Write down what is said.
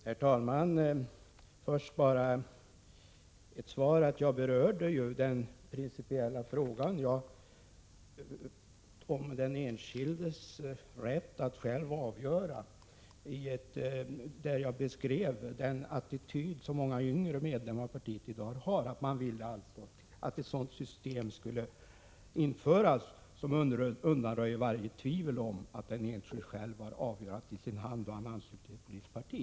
Herr talman! Först bara ett besked: Jag berörde ju den principiella frågan om den enskildes rätt att själv avgöra. Jag beskrev den inställning som många yngre medlemmar av partiet i dag har, nämligen att det borde införas ett system som undanröjde varje tvivel om att den enskilde själv har avgörandet i sin hand huruvida han skall vara ansluten till visst parti.